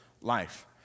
Life